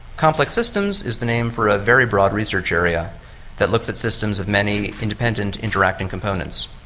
complex systems is the name for a very broad research area that looks at systems of many independent interacting components,